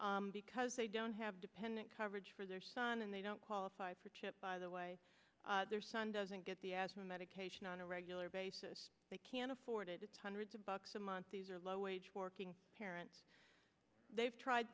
month because they don't have dependent coverage for their son and they don't qualify for chip by the way their son doesn't get the asthma medication on a regular basis they can afford it it's hundreds of bucks a month these are low wage working parents they've tried